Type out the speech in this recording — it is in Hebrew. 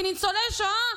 מניצולי שואה,